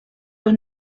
los